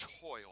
toil